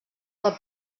pel